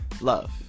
love